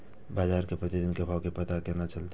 बजार के प्रतिदिन के भाव के पता केना चलते?